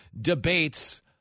debates